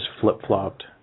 flip-flopped